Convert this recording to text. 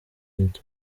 look